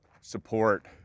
support